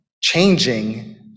changing